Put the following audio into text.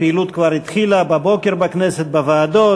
הפעילות כבר התחילה בבוקר בכנסת, בוועדות.